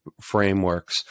frameworks